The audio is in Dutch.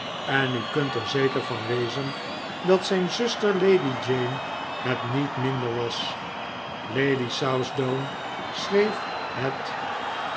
en u kunt er zeker van wezen dat zijn zuster lady jane het niet minder was lady southdown schreef het